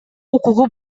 укугу